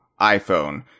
iPhone